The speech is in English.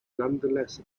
nonetheless